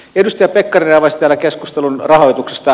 edustaja pekkarinen avasi täällä keskustelun rahoituksesta